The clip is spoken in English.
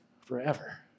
forever